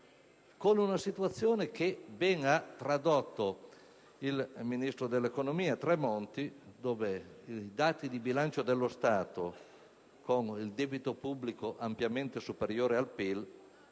Con una situazione che ben ha tradotto il ministro dell'economia, Tremonti, in cui i dati del bilancio dello Stato e il debito pubblico ampiamente superiore al PIL